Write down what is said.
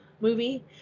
movie